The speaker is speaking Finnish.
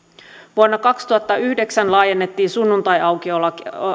vuonna kaksituhattayhdeksän laajennettiin sunnuntaiaukioloa